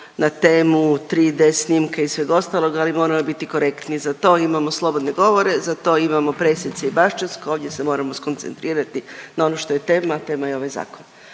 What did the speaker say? na temu 3D snimke i svega ostalog ali moramo biti korektni. Za to imamo slobodne govore, za to imamo pressice i Bašćansku. Ovdje se moramo skoncentrirati na ono što je tema, a tema je ovaj zakon.